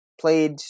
played